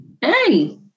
Hey